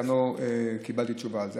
גם לא קיבלתי תשובה על זה.